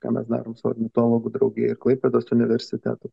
ką mes darom su ornitologų draugija ir klaipėdos universitetu